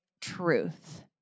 truth